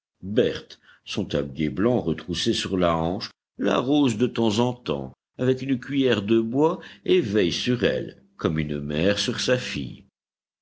berthe son tablier blanc retroussé sur la hanche l'arrose de temps en temps avec une cuiller de bois et veille sur elle comme une mère sur sa fille